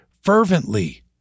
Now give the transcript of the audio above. fervently